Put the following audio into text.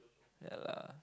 ya lah